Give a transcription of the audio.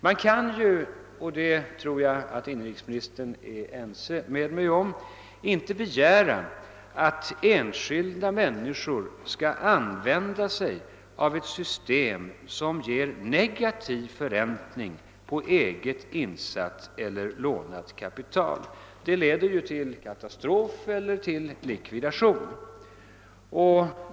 Det kan — och det tror jag att inrikesministern är ense med mig om — inte begäras att enskilda människor skall använda sig av ett system som ger negativ förräntning på eget insatt eller lånat kapital. Det leder ju till katastrof eller till likvidation.